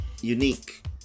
unique